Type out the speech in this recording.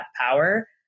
power